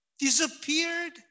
disappeared